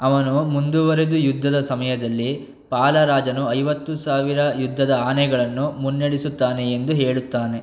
ಅವನು ಮುಂದುವರೆದು ಯುದ್ಧದ ಸಮಯದಲ್ಲಿ ಪಾಲ ರಾಜನು ಐವತ್ತು ಸಾವಿರ ಯುದ್ಧದ ಆನೆಗಳನ್ನು ಮುನ್ನಡೆಸುತ್ತಾನೆ ಎಂದು ಹೇಳುತ್ತಾನೆ